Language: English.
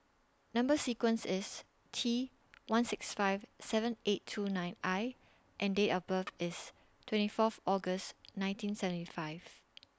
Number sequence IS T one six five seven eight two nine I and Date of birth IS twenty Fourth August nineteen seventy five